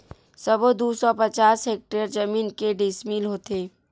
सबो दू सौ पचास हेक्टेयर जमीन के डिसमिल होथे?